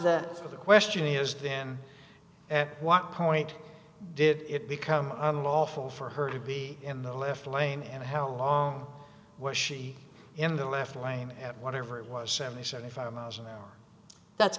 the question is then at what point did it become unlawful for her to be in the left lane and how long was she in the left lane and whatever it was seven th